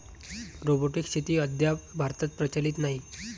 robotic शेती अद्याप भारतात प्रचलित नाही